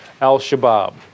al-Shabaab